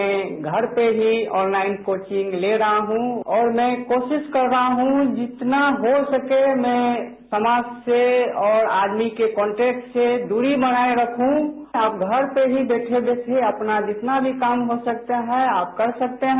मैं घर पर ही ऑनलाइन कोचिंग ले रहा हूं और मैं कोशिश कर रहा हूं कि जितना हो सके मैं समाज से और आदमी के कॉन्टेक्ट से दूरी बनाए रखूं और घर पर ही बैठे बैठे अपना जितना भी काम हो सकता है आप कर सकते हैं